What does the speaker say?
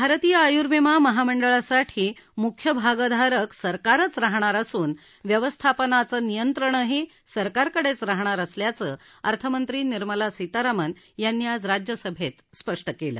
भारतीय आयुर्विमा महामंडळासाठी मुख्य भागधारक सरकारचं रहाणार असून व्यवस्थापनाचं नियंत्रणही सरकारकडेच रहाणार असल्याचं अर्थमंत्री निर्मला सीतारामन यांनी आज राज्यसभेत स्पष्ट केलं